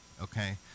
Okay